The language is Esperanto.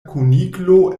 kuniklo